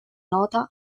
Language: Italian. nota